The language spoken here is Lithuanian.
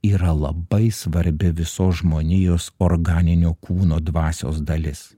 yra labai svarbi visos žmonijos organinio kūno dvasios dalis